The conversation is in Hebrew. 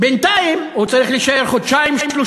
בינתיים, הוא צריך להישאר חודשיים-שלושה.